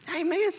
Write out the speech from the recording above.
Amen